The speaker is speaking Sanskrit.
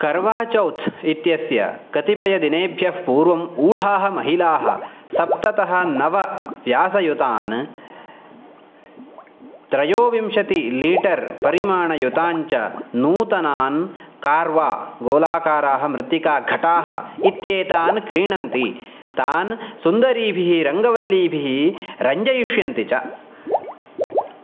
कर्वाचौथ् इत्यस्य कतिपयदिनेभ्यः पूर्वम् ऊढाः महिलाः सप्ततः नवव्यासयुतान् त्रयोविंशति लीटर् परिमाणयुताञ्च नूतनान् कार्वा गोलाकाराः मृत्तिकाघटाः इत्येतान् क्रीणन्ति तान् सुन्दरीभिः रङ्गवल्लीभिः रञ्जयिष्यन्ति च